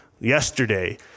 yesterday